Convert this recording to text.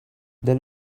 they